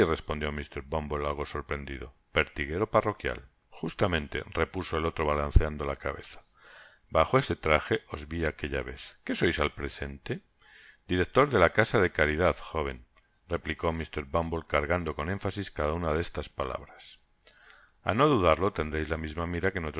sirespondió mr bumble algo sorprendido pertiguero parroquial justamente repuso el otro balanceando la cabeza bajo ese traje os vi aquella vez qué sois al presente director de la casa de caridad joven replicó mr bumble cargando con énfasis cada una de estas palabras a no dudarlo tendréis la misma mira que